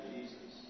Jesus